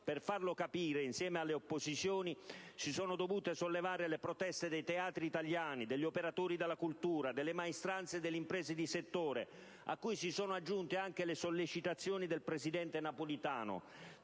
Per farlo capire, insieme alle opposizioni, si sono dovute sollevare le proteste dei teatri italiani, degli operatori della cultura, delle maestranze delle imprese di settore, a cui si sono aggiunte anche le sollecitazioni del presidente Napolitano